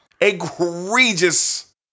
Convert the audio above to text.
egregious